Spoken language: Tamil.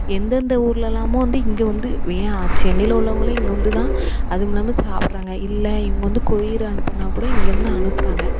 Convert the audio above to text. எந்தெந்த ஊர்லெலாமோ வந்து இங்கே வந்து வி ஏன் சென்னையில் உள்ளவங்களே இங்கே வந்துதான் அதுமில்லாமல் சாப்பிட்றாங்க இல்லை இவங்க வந்து கொரியர் அனுப்பணுன்னால் கூட இங்கேயிருந்து அனுப்புகிறாங்க